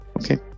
Okay